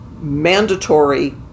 mandatory